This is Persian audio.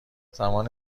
زمان